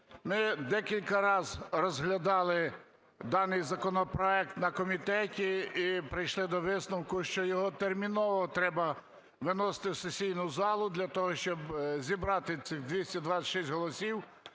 ми декілька раз розглядали даний законопроект на комітеті і прийшли до висновку, що його терміново треба виносити в сесійну залу для того, щоб зібрати цих 226 голосів